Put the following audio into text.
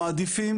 מעדיפים,